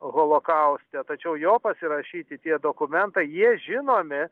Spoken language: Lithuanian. holokauste tačiau jo pasirašyti tie dokumentai jie žinomi